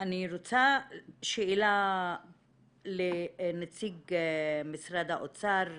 אני רוצה שאלה לנציג משרד האוצר,